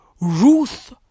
Ruth